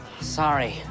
Sorry